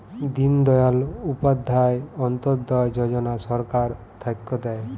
দিন দয়াল উপাধ্যায় অন্ত্যোদয় যজনা সরকার থাক্যে দেয়